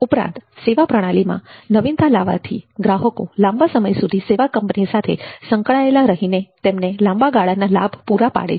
ઉપરાંત સેવા પ્રણાલીમાં નવીનતા લાવવાથી ગ્રાહકો લાંબા સમય સુધી સેવા કંપની સાથે સંકળાયેલા રહીને તેમને લાંબા ગાળાના લાભ પુરા પાડે છે